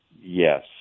Yes